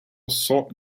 salt